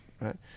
right